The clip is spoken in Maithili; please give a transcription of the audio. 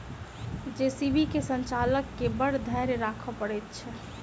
जे.सी.बी के संचालक के बड़ धैर्य राखय पड़ैत छै